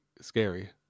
scary